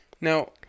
Now